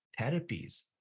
therapies